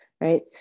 right